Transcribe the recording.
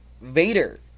Vader